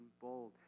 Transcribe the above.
bold